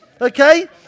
okay